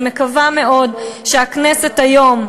אני מקווה מאוד שהכנסת היום,